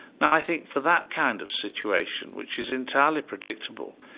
now i think for that kind of situation which is entirely predictable,